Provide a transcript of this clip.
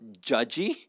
judgy